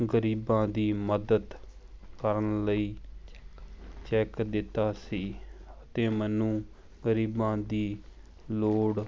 ਗਰੀਬਾਂ ਦੀ ਮਦਦ ਕਰਨ ਲਈ ਚੈੱਕ ਦਿੱਤਾ ਸੀ ਅਤੇ ਮੈਨੂੰ ਗਰੀਬਾਂ ਦੀ ਲੋੜ